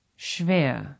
schwer